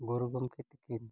ᱜᱩᱨᱩ ᱜᱚᱢᱠᱮ ᱛᱤᱠᱤᱱ